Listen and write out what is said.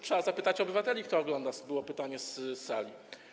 Trzeba zapytać obywateli, kto ogląda - było pytanie z sali.